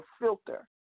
filter